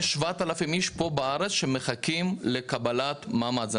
יש 7,000 איש פה בארץ שמחכים לקבלת מעמד.